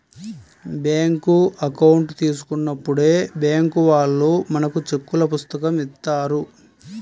bank account తీసుకున్నప్పుడే bank వాళ్ళు మనకు చెక్కుల పుస్తకం ఇత్తారు